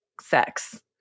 sex